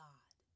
God